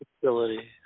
facility